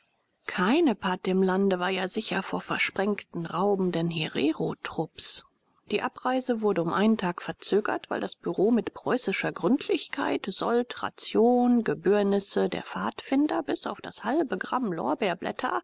keine pad im lande war ja sicher vor versprengten raubenden hererotrupps die abreise wurde um einen tag verzögert weil das bureau mit preußischer gründlichkeit sold ration gebührnisse der pfadfinder bis auf das halbe